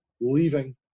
leaving